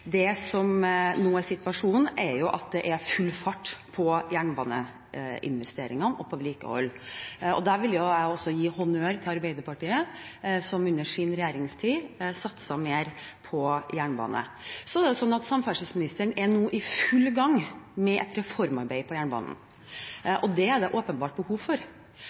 Det som nå er situasjonen, er at det er full fart på jernbaneinvesteringene og på vedlikehold. Der vil jeg også gi honnør til Arbeiderpartiet, som under sin regjeringstid satset mer på jernbane. Samferdselsministeren er nå i full gang med et reformarbeid på jernbanen, og det er det åpenbart behov for.